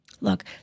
Look